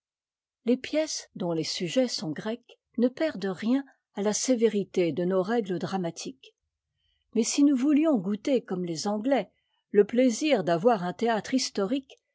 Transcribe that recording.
les pièces dont tes sujets sont grecs ne perdent rien à ta sévérité de nos règles dramatiques mais si nous voûtions goûter comme tes anglais le plaisir d'avoir un théâtre historique